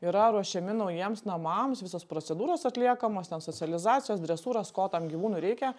yra ruošiami naujiems namams visos procedūros atliekamos ten socializacijos dresūros ko tam gyvūnui reikia